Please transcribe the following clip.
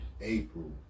April